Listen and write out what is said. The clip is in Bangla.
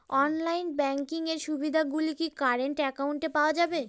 অনলাইন ব্যাংকিং এর সুবিধে গুলি কি কারেন্ট অ্যাকাউন্টে পাওয়া যাবে?